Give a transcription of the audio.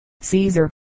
Caesar